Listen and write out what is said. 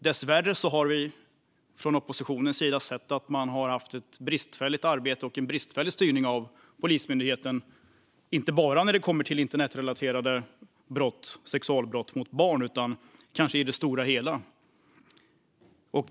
Dessvärre har vi från oppositionens sida sett att man har haft ett bristfälligt arbete och en bristfällig styrning av Polismyndigheten, inte bara när det kommer till internetrelaterade sexualbrott mot barn utan kanske i det stora hela.